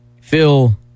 Phil